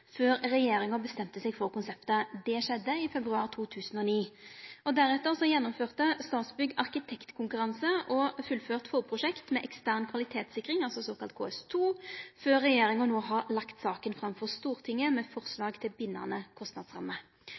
før regjeringa bestemte seg for konseptet. Det skjedde i februar 2009. Deretter gjennomførte Statsbygg arkitektkonkurranse og fullførte eit forprosjekt med ekstern kvalitetssikring – såkalla KS2 – før regjeringa no har lagt saka fram for Stortinget med forslag til bindande kostnadsramme.